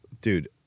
dude